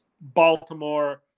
Baltimore